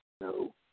No